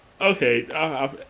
Okay